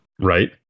Right